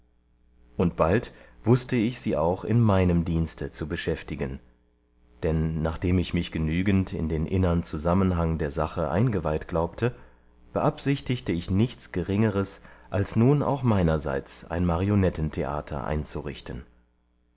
und bald wußte ich sie auch in meinem dienste zu beschäftigen denn nachdem ich mich genügend in den innern zusammenhang der sache eingeweiht glaubte beabsichtigte ich nichts geringeres als nun auch meinerseits ein marionettentheater einzurichten